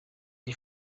the